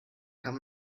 kann